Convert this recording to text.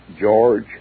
George